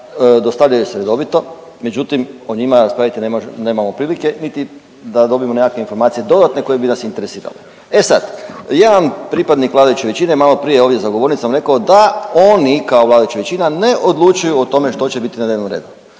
dostavljaju se redovito, međutim o njima raspraviti nemamo prilike niti da dobimo nekakve informacije dodatne koje bi nas interesirale. E sad, jedan pripadnik vladajuće većine, malo prije je ovdje za govornicom rekao da oni kao vladajuća većina ne odlučuju o tome što će biti na dnevnom redu.